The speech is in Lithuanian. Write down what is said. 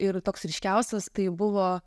ir toks ryškiausias tai buvo